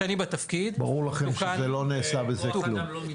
ברור לכם שלא נעשה בזה כלום.